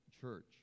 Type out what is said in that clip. church